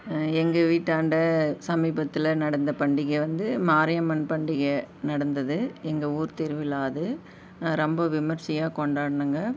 எங்கள் வீட்டாண்ட சமீபத்தில் நடந்த பண்டிகை வந்து மாரியம்மன் பண்டிகை நடந்துது எங்கள் ஊர் திருவிழா அது ரொம்ப விமர்சையாக கொண்டாடினோங்க